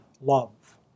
love